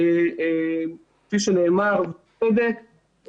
כפי שנאמר ובצדק,